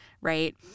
right